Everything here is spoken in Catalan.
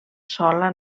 sola